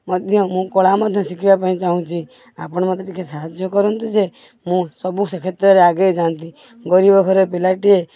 ମଧ୍ୟ ମୁଁ କଳା ମଧ୍ୟ ଶିଖିବା ପାଇଁ ଚାହୁଁଛି ଆପଣ ମୋତେ ଟିକେ ସାହାଯ୍ୟ କରନ୍ତୁ ଯେ ମୁଁ ସବୁ ସେ କ୍ଷେତ୍ରରେ ଆଗେଇ ଯାଆନ୍ତି ଗରିବ ଘର ପିଲାଟିଏ